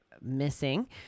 missing